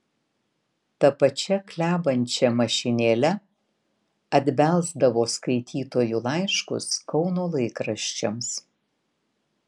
ta pačia klebančia mašinėle atbelsdavo skaitytojų laiškus kauno laikraščiams